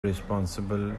responsible